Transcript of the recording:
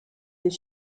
des